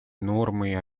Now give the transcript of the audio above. нормой